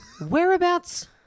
whereabouts